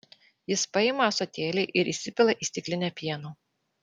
jis paima ąsotėlį ir įsipila į stiklinę pieno